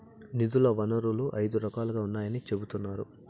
నిధుల వనరులు ఐదు రకాలుగా ఉన్నాయని చెబుతున్నారు